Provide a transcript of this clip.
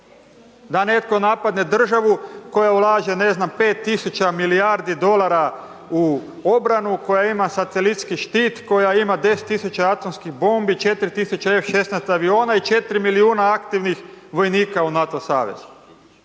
Da netko napadne državu koja ulaže ne znam 5 tisuća milijardi dolara u obranu, koja ima satelitski štit, koja ima 10.000 atomskih bombi, 4.000 F16 aviona i 4 milijuna aktivnih vojnika u NATO savez,